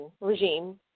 regime